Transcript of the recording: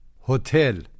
Hotel